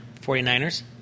49ers